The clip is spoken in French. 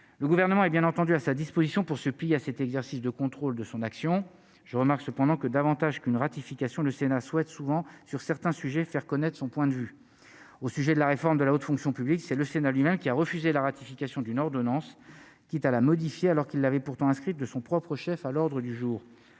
le gouvernement est bien entendu à sa disposition pour se plier à cet exercice de contrôle de son action, je remarque cependant que davantage qu'une ratification du Sénat souhaite souvent sur certains sujets, faire connaître son point de vue au sujet de la réforme de la haute fonction publique, c'est le Sénat lui-même qui a refusé la ratification d'une ordonnance, quitte à la modifier, alors qu'il avait pourtant inscrite de son propre chef à l'ordre du jour,